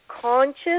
conscious